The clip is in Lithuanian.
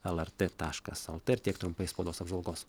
lrt taškas lt tiek trumpai spaudos apžvalgos